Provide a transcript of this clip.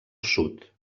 sud